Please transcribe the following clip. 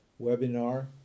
webinar